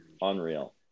Unreal